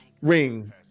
ring